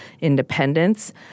independence